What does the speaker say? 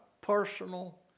personal